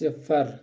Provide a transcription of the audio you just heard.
صِفر